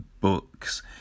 books